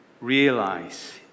realize